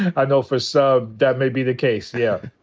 i know for some that may be the case, yeah.